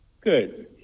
Good